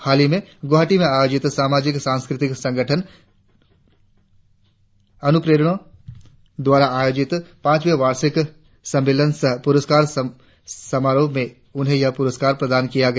हालही में गुवाहाटी में आयोजित समाजिक सांस्कृतिक संगठन अनुप्रेरोना द्वारा आयोजित पांचवें वार्षिक सम्मेलन सह पूरस्कार समारोह में उन्हें यह पूरस्कार प्रदान किया गया